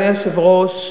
אדוני היושב-ראש,